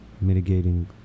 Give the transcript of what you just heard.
mitigating